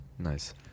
Nice